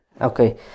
Okay